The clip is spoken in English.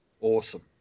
awesome